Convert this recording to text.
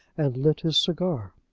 and lit his cigar.